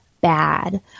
bad